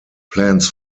plans